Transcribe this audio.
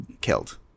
killed